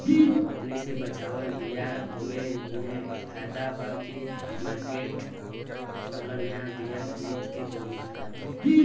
अपने से बचवाल बीया बोये मे फायदा बा की मार्केट वाला नया बीया खरीद के बोये मे फायदा बा?